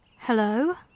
Hello